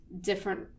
Different